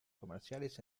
comerciales